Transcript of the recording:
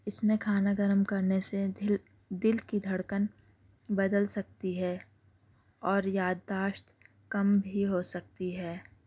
اس میں کھانا گرم کرنے سے دل دل کی دھڑکن بدل سکتی ہے اور یادداشت کم بھی ہو سکتی ہے